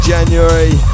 January